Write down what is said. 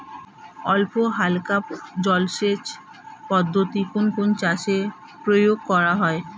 অল্পহালকা জলসেচ পদ্ধতি কোন কোন চাষে প্রয়োগ করা হয়?